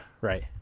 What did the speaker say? Right